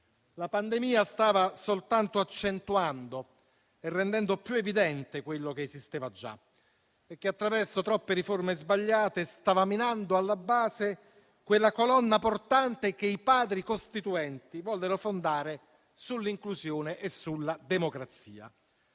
La pandemia stava soltanto accentuando e rendendo più evidente quello che esisteva già, e che, attraverso troppe riforme sbagliate, stava minando alla base quella colonna portante che i Padri costituenti vollero fondare sull'inclusione e sulla democrazia.